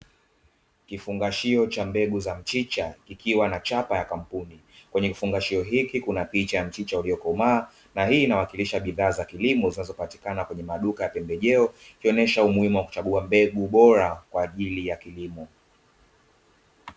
Kifungashio cha mbegu za mchicha kikiwa na chapa ya kampuni, kwenye kifungashio hiki kunapicha ya mchicha uliokomaa, na hii inawakilisha bidhaa za kilimo zinazopatikana kwenye maduka ya pembejeo, ikionesha umuhimu wa kuchagua mbegu bora kwa ajili ya kilimo.